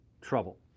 trouble